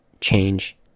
Change